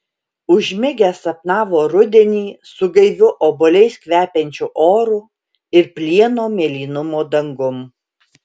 užmigęs sapnavo rudenį su gaiviu obuoliais kvepiančiu oru ir plieno mėlynumo dangum